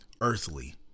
earthly